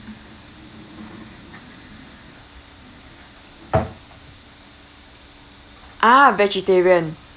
ah vegetarian